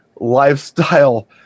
lifestyle